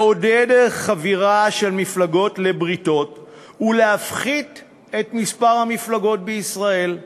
לעודד חבירה של מפלגות לבריתות ולהפחית את מספר המפלגות בישראל.